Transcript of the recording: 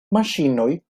maŝinoj